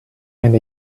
and